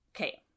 Okay